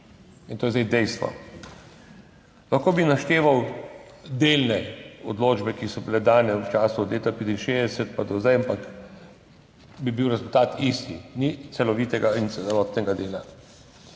in to je dejstvo. Lahko bi našteval delne odločbe, ki so bile dane v času od leta 1965 pa do zdaj, ampak bi bil rezultat isti. Ni celovitega in celotnega dela.